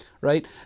right